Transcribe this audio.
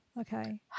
Okay